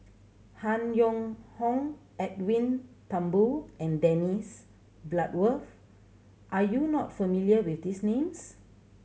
Han Yong Hong Edwin Thumboo and Dennis Bloodworth are you not familiar with these names